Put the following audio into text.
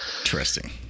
Interesting